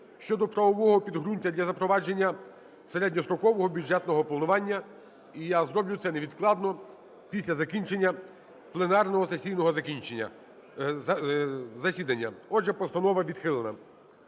(щодо правового підґрунтя для запровадження середньострокового бюджетного планування), і я зроблю це невідкладно після закінчення пленарного сесійного засідання. Отже, постанова відхилена.